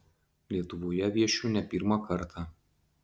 lietuvoje viešiu ne pirmą kartą